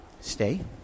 stay